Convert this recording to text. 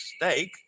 mistake